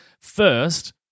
first